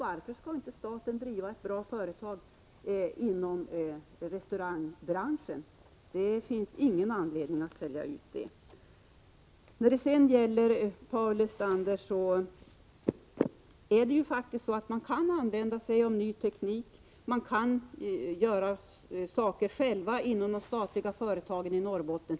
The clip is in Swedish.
Varför skall inte staten driva ett bra företag inom restaurangbranschen? Det finns inte någon anledning att sälja ut detta företag. Till Paul Lestander vill jag säga att man faktiskt kan använda sig av ny teknik och att man själv kan göra saker inom de statliga företagen i Norrbotten.